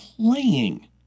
playing